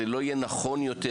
זה לא יהיה נכון יותר,